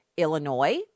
Illinois